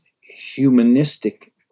humanistic